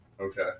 Okay